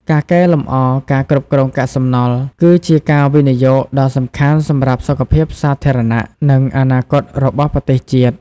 ការកែលម្អការគ្រប់គ្រងកាកសំណល់ គឺជាការវិនិយោគដ៏សំខាន់សម្រាប់សុខភាពសាធារណៈ និងអនាគតរបស់ប្រទេសជាតិ។